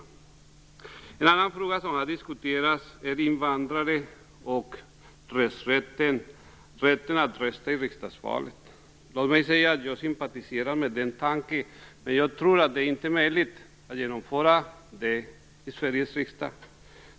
Den andra fråga som diskuterats gäller invandrarnas rätt att rösta i riksdagsvalet. Jag sympatiserar med den tanken, men jag tror inte att det är möjligt att genomföra i Sverige.